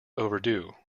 overdue